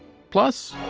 plus